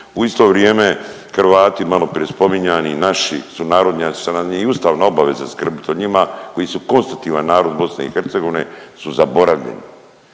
u isto vrijeme Hrvati maloprije spominjani naši sunarodnjaci, što nam je i ustavna obaveza skrbiti o njima, koji su konstitutivan narod BiH su zaboravljeni.